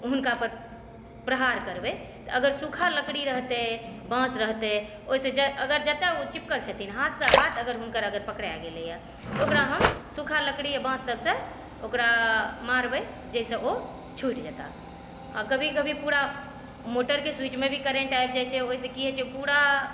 हुनका पर प्रहार करबै तऽ अगर सूखा लकड़ी रहतै बाॅंस रहतै तऽ ओहिसॅं जतय ओ चिपकल छथिन हाथसॅं हाथ अगर हुनकर पकरै गेलै हँ तऽ ओकरा हम सूखा लकड़ी या बाॅंससभसे ओकरा मारबै जाहिसॅं ओ छूटि जेता आ कभी कभी पूरा मोटरके स्विचमे भी करेंट आबि जाइ छै ओहिसॅं की होइ छै पूरा